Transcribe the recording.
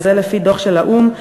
וזה על-פי דוח של האו"ם,